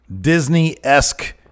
Disney-esque